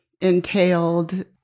entailed